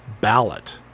ballot